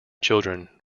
children